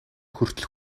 хүртэл